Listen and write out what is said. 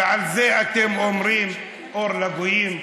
ועל זה אתם אומרים "אור לגויים".